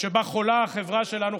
שבה חולה החברה שלנו,